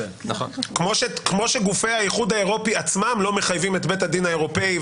כמו שגופי האיחדו האירופי עצמם לא מחייבים את בית הדין האירופאי,